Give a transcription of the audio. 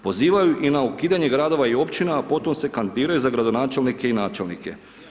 Pozivaju i na ukidanje gradova i općina a potom se kandidiraju za gradonačelnike i načelnike.